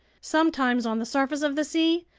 sometimes on the surface of the sea,